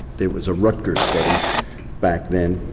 there was a rutgers study back then,